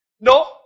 No